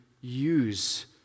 use